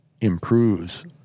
improves